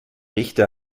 richter